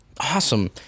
Awesome